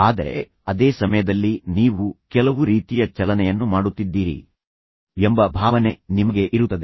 ಆದರೆ ಅದೇ ಸಮಯದಲ್ಲಿ ನೀವು ಕೆಲವು ರೀತಿಯ ಚಲನೆಯನ್ನು ಮಾಡುತ್ತಿದ್ದೀರಿ ಎಂಬ ಭಾವನೆ ನಿಮಗೆ ಇರುತ್ತದೆ